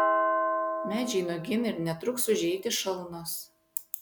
medžiai nuogyn ir netruks užeiti šalnos